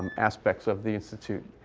and aspects of the institute.